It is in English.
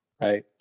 right